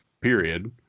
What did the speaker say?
period